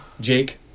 Jake